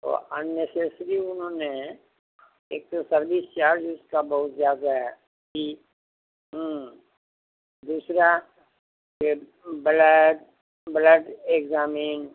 تو اننیسسری انہوں نے ایک تو سروس چارجز کا بہت زیادہ ہے دوسرا کہ بلڈ بلڈ ایگزامنگ